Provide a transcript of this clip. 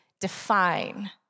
define